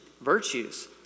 virtues